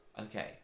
okay